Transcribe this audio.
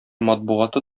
матбугаты